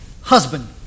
husband